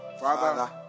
father